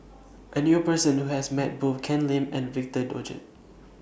I knew A Person Who has Met Both Ken Lim and Victor Doggett